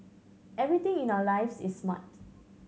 everything in our lives is smart